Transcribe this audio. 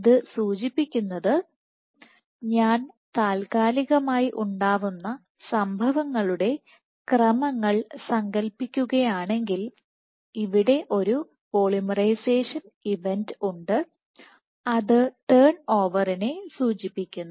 ഇത് സൂചിപ്പിക്കുന്നത് ഞാൻ താൽക്കാലികമായി ഉണ്ടാവുന്ന സംഭവങ്ങളുടെ ക്രമങ്ങൾ സങ്കൽപ്പിക്കുകയാണെങ്കിൽ ഇവിടെ ഒരു പോളിമറൈസേഷൻ ഇവന്റ് ഉണ്ട്അത് ടേൺ ഓവറിനെ സൂചിപ്പിക്കുന്നു